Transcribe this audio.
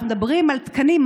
אנחנו מדברים על תקנים,